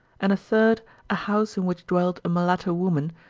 and a third a house in which dwelt a mulatto woman,